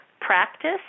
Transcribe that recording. practice